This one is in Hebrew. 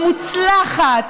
המוצלחת,